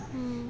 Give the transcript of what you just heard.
mm